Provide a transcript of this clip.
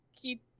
keep